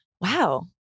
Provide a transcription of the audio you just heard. Wow